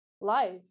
life